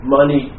Money